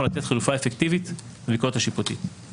לתת חלופה אפקטיבית לביקורת השיפוטית.